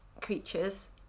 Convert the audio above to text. creatures